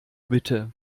bitte